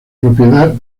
propiedad